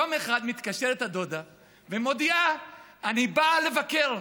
יום אחד מתקשרת הדודה ומודיעה: אני באה לבקר.